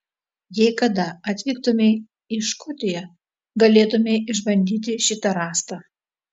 jei kada atvyktumei į škotiją galėtumei išbandyti šitą rąstą